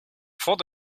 thought